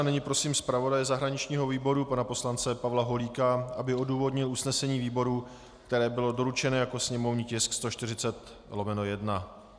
A nyní prosím zpravodaje zahraničního výboru, pana poslance Pavla Holíka, aby odůvodnil usnesení výboru, které bylo doručeno jako sněmovní tisk 140/1.